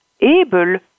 able